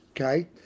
okay